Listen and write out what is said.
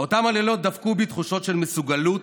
באותם הלילות דבקו בי תחושות של מסוגלות